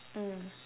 mm